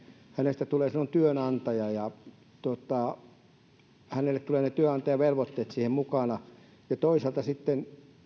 hänestä tulee silloin työnantaja ja hänelle tulee ne työnantajavelvoitteet siihen mukaan toisaalta sitten